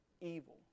evil